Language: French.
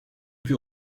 put